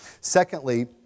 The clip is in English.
Secondly